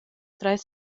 treis